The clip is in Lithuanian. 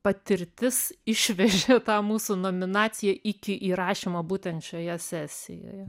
patirtis išvežė tą mūsų nominaciją iki įrašymo būtent šioje sesijoje